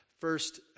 first